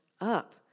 up